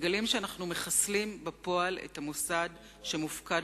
מגלים שאנחנו מחסלים בפועל את המוסד שמופקד